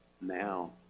now